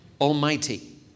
Almighty